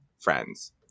friends